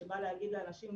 שאומר לאנשים,